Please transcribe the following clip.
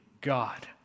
God